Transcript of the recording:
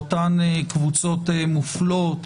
לאותן קבוצות מופלות,